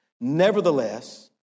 Nevertheless